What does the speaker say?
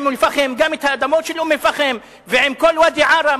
אום-אל-פחם גם את האדמות של אום אל-פחם ועם כל ואדי-עארה,